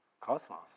cosmos